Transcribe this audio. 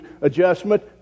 adjustment